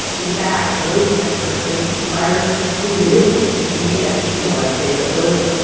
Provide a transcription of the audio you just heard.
in fact, most experts think the virus is too new to be as seasonal as, say, the flu.